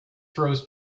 throws